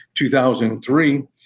2003